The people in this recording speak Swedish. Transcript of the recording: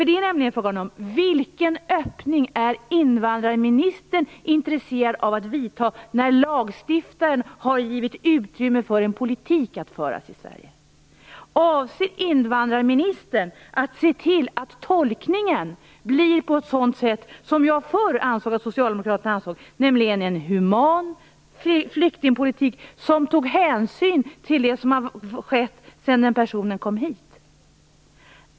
Det är nämligen fråga om vilken öppning invandrarministern är intresserad av att vidta när lagstiftaren har givit utrymme för att vi skall kunna föra en politik i Sverige. Avser invandrarministern att se till att tolkningen blir sådan som jag tror att socialdemokraterna ansåg förr, nämligen en human flyktingpolitik som tar hänsyn till det som har skett sedan personen kom hit?